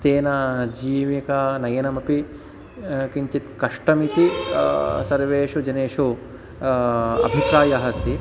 तेन जीविकानयनमपि किञ्चित् कष्टमिति सर्वेषु जनेषु अभिप्रायः अस्ति